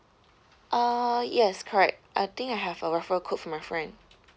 ah yes correct I think I have a referral code from my friend